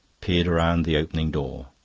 peered round the opening door.